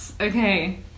Okay